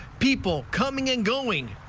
people coming and going,